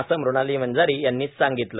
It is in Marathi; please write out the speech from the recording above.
असे मृणालिनी वंजारी यांनी सांगितले